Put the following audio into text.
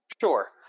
sure